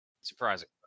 Surprising